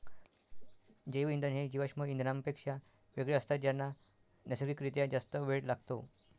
जैवइंधन हे जीवाश्म इंधनांपेक्षा वेगळे असतात ज्यांना नैसर्गिक रित्या जास्त वेळ लागतो